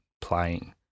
playing